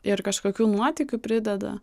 ir kažkokių nuotykių prideda